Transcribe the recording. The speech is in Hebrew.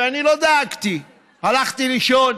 ואני לא דאגתי, הלכתי לישון.